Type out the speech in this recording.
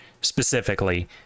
specifically